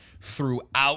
throughout